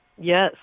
Yes